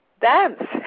Dance